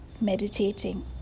meditating